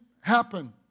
happen